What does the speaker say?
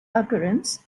occurrence